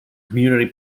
community